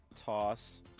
toss